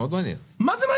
לא נכון.